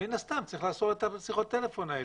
מן הסתם צריך לאסור על שיחות הטלפון האלה.